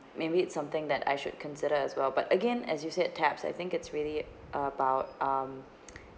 maybe it's something that I should consider as well but again as you said taps I think it's really about um